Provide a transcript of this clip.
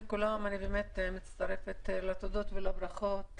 אני מצטרפת לתודות ולברכות,